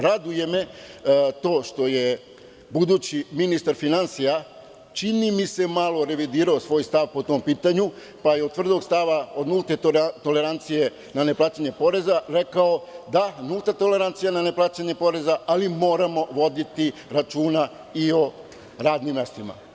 Raduje me to što je budući ministar finansija čini mi se malo revidirao svoj stav po tom pitanju pa je od tvrdog stava od nulte tolerancije na neplaćanje poreza rekao – da, nulta tolerancija na neplaćanje poreza, ali moramo voditi računa i o radnim mestima.